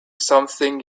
something